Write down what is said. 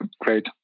Great